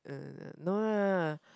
uh the no lah